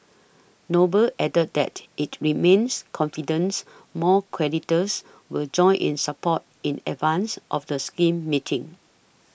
noble added that it remains confidence more creditors will join in support in advance of the scheme meetings